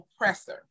oppressor